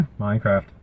Minecraft